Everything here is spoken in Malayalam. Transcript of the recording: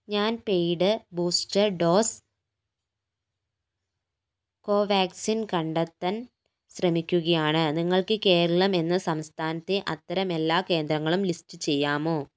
ഞാൻ പെയ്ഡ് ബൂസ്റ്റർ ഡോസ് കോവാക്സിൻ കണ്ടെത്താൻ ശ്രമിക്കുകയാണ് നിങ്ങൾക്ക് കേരളം എന്ന സംസ്ഥാനത്തെ അത്തരം എല്ലാ കേന്ദ്രങ്ങളും ലിസ്റ്റ് ചെയ്യാമോ